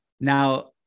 Now